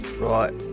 Right